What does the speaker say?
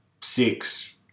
six